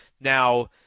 Now